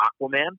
Aquaman